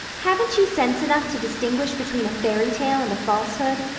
haven't you sense enough to distinguish between a fairytale and a falsehood?